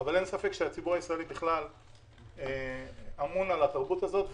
אבל אין ספק שהציבור הישראלי בכלל אמון על התרבות הזאת.